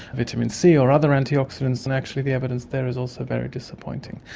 vitamin c or other antioxidants, and actually the evidence there is also very disappointing.